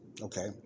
okay